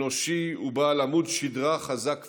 אנושי ובעל עמוד שדרה חזק ויציב.